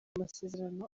masezerano